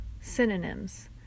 synonyms